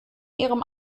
ihrem